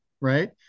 right